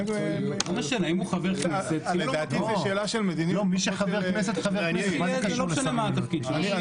אם הוא חבר כנסת זה לא משנה מה התפקיד שלו.